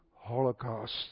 Holocaust